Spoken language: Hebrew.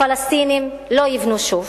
הפלסטינים לא יבנו שוב,